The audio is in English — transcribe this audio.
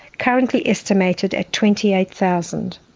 currently estimated at twenty eight thousand.